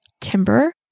Timber